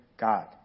God